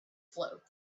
float